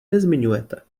nezmiňujete